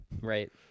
Right